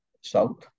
south